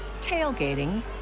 tailgating